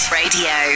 radio